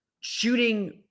shooting